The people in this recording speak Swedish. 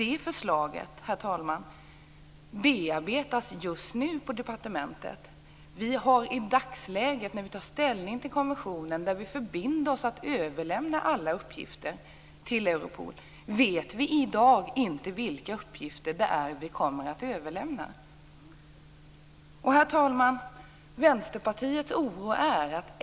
Ett förslag, herr talman, bearbetas just nu på departementet. När vi i dagsläget tar ställning till konventionen och förbinder oss att överlämna alla uppgifter till Europol vet vi inte vilka uppgifter det är vi kommer att överlämna. Herr talman! Vi i Vänsterpartiet känner oro.